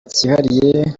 kihariye